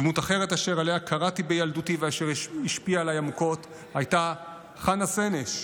דמות אחרת שעליה קראתי בילדותי ואשר השפיעה עליי עמוקות הייתה חנה סנש,